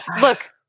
Look